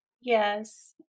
Yes